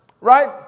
right